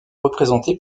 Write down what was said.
représentées